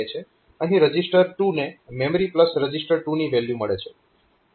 અહીં રજીસ્ટર 2 ને મેમરીરજીસ્ટર 2 ની વેલ્યુ મળે છે